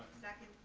second.